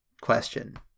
question